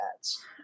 ads